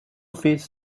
faced